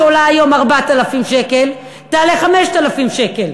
שכירות דירה שעולה היום 4,000 שקל תעלה 5,000 שקל,